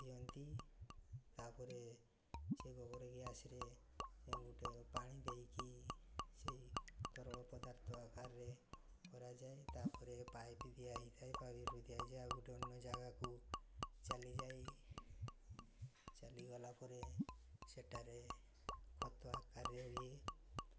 ଦିଅନ୍ତି ତା'ପରେ ସେ ଗୋବର ଗ୍ୟାସ୍ରେ ଗୋଟେ ପାଣି ଦେଇକି ସେଇ ତରଳ ପଦାର୍ଥ ଆକାରରେ କରାଯାଏ ତା'ପରେ ପାଇପ୍ ଦିଆ ହେଇଥାଏ ଦିଆଯାଏ ଗୋଟେ ଅନ୍ୟ ଜାଗାକୁ ଚାଲିଯାଇ ଚାଲିଗଲା ପରେ ସେଠାରେ ଖତ ଆକାରରେ ବି